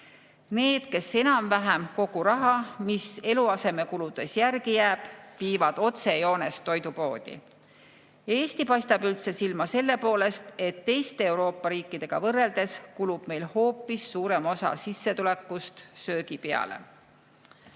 need, kes enam-vähem kogu raha, mis eluasemekuludest järele jääb, viivad otsejoones toidupoodi. Eesti paistab silma selle poolest, et teiste Euroopa riikidega võrreldes kulub meil hoopis suurem osa sissetulekust söögi peale.